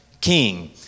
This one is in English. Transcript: king